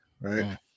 right